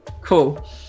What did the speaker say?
Cool